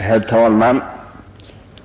Herr talman!